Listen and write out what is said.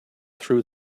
threw